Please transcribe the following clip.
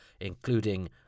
including